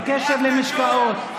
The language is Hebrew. בקשר למשקאות,